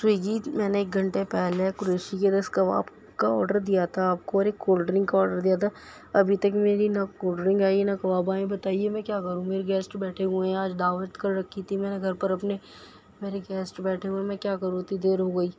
Swiggy میں نے ایک گھنٹے پہلے قریشی رس کباب کا آڈر دیا تھا آپ کو اور ایک کولڈرنک کا آڈر دیا تھا ابھی تک میری نہ کولڈرنک آئی نہ کباب آئے بتائیے میں کیا کروں میرے گیسٹ بیٹھے ہوئے ہیں آج دعوت کر رکھی تھی میں نے گھر پر اپنے میرے گیسٹ بیٹھے ہوئے ہیں میں کیا کروں اتی دیر ہو گئی